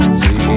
see